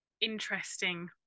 interesting